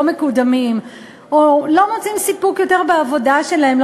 מקודמים או שכבר לא מוצאים סיפוק בעבודה שלהם,